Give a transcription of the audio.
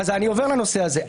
אני עובר לנושא הזה.